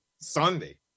Sunday